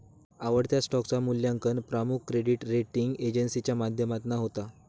आवडत्या स्टॉकचा मुल्यांकन प्रमुख क्रेडीट रेटींग एजेंसीच्या माध्यमातना होता